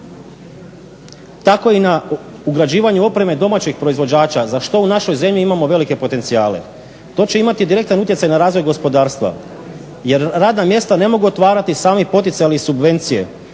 tako i na ugrađivanju opreme domaćih proizvođača za što u našoj zemlji imamo velike potencijale. To će imati direktan utjecaj na razvoj gospodarstva jer radna mjesta ne mogu otvarati sami poticaji i subvencije